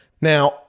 Now